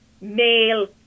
male